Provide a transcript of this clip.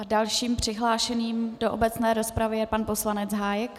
Dalším přihlášeným do obecné rozpravy je pan poslanec Hájek.